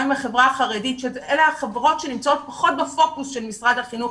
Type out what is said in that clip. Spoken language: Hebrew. גם עם החברה החרדית שאלה החברות שנמצאות פחות בפוקוס של משרד החינוך,